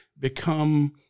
become